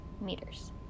meters